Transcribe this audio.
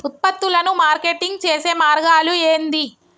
ఉత్పత్తులను మార్కెటింగ్ చేసే మార్గాలు ఏంది?